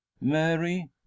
Mary